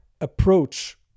approach